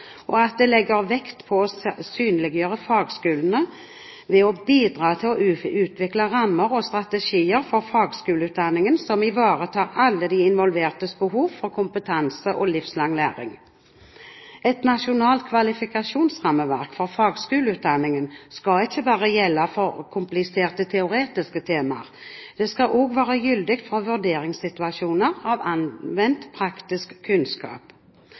og at det legger vekt på å synliggjøre fagskolene ved å bidra til å utvikle rammer og strategier for fagskoleutdanningen som ivaretar alle de involvertes behov for kompetanse og livslang læring. Et nasjonalt kvalifikasjonsrammeverk for fagskoleutdanningene skal ikke bare gjelde for kompliserte teoretiske temaer. Det skal også være gyldig for vurderingssituasjoner av anvendt praktisk kunnskap.